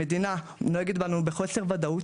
המדינה נוהגת בנו בחוסר ודאות.